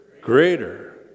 greater